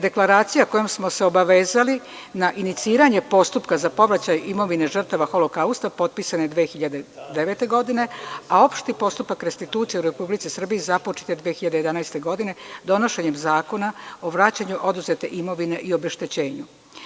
Deklaracija kojom smo se obavezali na iniciranje postupka za povraćaj imovine žrtava holokausta, potpisane 2009. godine, a opšti postupak restitucije u Republici Srbiji započet je 2011. godini donošenjem Zakona o vraćanju oduzete imovine i obeštećenju.